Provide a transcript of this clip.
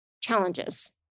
challenges